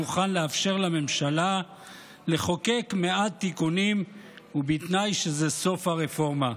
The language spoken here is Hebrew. מוכן לאפשר לממשלה לחוקק מעט תיקונים ובתנאי שזה סוף הרפורמה.